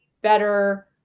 better